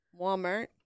Walmart